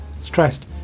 stressed